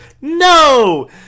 No